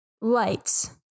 Lights